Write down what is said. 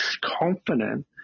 confident